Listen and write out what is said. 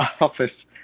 office